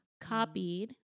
copied